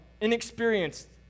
inexperienced